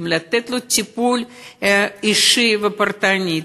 צריכים לתת לו טיפול אישי ופרטני,